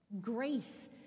Grace